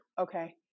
Okay